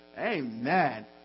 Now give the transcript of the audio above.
Amen